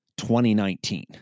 2019